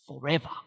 Forever